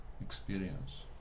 experience